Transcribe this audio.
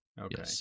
Okay